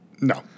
No